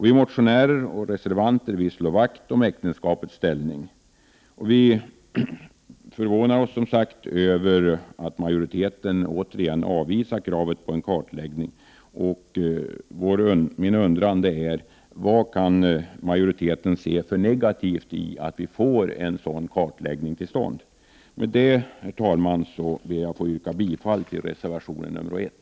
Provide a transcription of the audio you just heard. Vi motionärer och reservanter slår vakt om äktenskapets ställning, och vi förvånar oss som sagt över att majoriteten återigen avvisar kravet på en kartläggning. Min undran är: Vad kan majoriteten se för negativt i att vi får en sådan kartläggning till stånd? Med det, herr talman, ber jag att få yrka bifall till reservation 1.